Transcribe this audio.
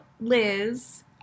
Liz